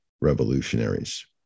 revolutionaries